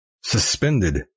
suspended